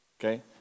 Okay